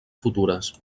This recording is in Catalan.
futures